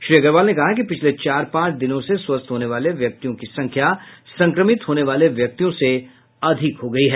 श्री अग्रवाल ने कहा कि पिछले चार पांच दिनों से स्वस्थ होने वाले व्यक्तियों की संख्या संक्रमित होने वाले व्यक्तियों से अधिक हो गई है